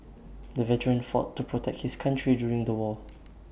the veteran fought to protect his country during the war